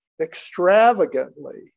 extravagantly